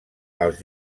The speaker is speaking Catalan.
als